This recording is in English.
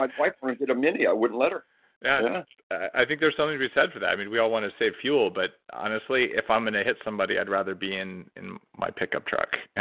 wife rented a mini. i wouldn't let her yeah i think there's something to be said for that. i mean, we all wanna save fuel, but honestly, if i'm gonna hit somebody, i'd rather be in in my pick-up truck.